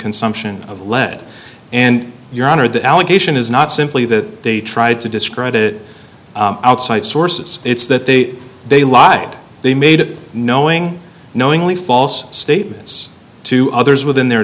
consumption of lead and your honor the allegation is not simply that they tried to discredit outside sources it's that they they lied they made knowing knowingly false statements to others within their